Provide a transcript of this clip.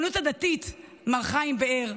הציונות הדתית, מר חיים באר,